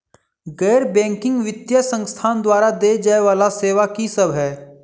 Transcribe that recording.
गैर बैंकिंग वित्तीय संस्थान द्वारा देय जाए वला सेवा की सब है?